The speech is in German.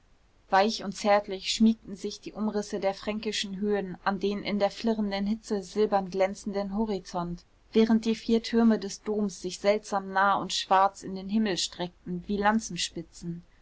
weich und zärtlich schmiegten sich die umrisse der fränkischen höhen an den in der flirrenden hitze silbern glänzenden horizont während die vier türme des doms sich seltsam nah und schwarz in den himmel streckten wie